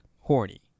horny